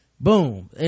Boom